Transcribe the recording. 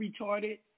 retarded